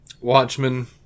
Watchmen